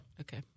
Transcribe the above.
Okay